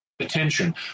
attention